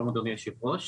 שלום אדוני היושב-ראש,